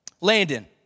Landon